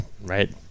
right